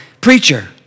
preacher